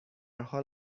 حال